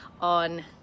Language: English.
on